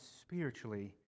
spiritually